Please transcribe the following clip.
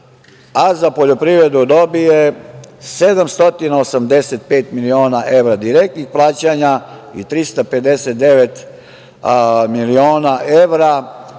a za poljoprivredu dobije 785 miliona evra direktnih plaćanja i 359 miliona evra